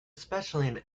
especially